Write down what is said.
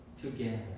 Together